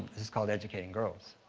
this is called educating girls.